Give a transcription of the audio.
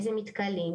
איזה מתקנים,